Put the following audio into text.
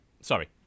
Sorry